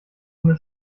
ohne